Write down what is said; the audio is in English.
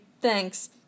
thanks